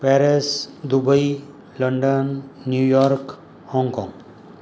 Paris Dubai London New York Hong Kong